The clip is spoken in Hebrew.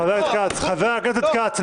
חבר הכנסת כץ.